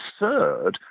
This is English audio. absurd